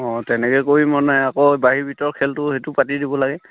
অঁ তেনেকৈ কৰি মানে আকৌ বাহিৰ ভিতৰ খেলটো সেইটো পাতি দিব লাগে